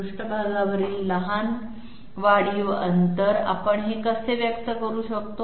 पृष्ठभागावरील लहान वाढीव अंतर आपण हे कसे व्यक्त करू शकतो